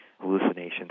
hallucinations